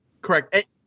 Correct